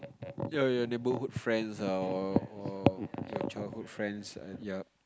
ya your neighbourhood friends ah or or your childhood friends err ya